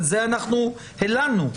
על זה אנחנו הלנו,